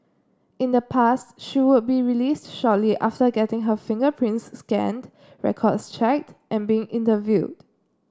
in the past she would be released shortly after getting her fingerprints scanned records checked and being interviewed